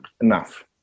Enough